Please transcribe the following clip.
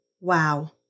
Wow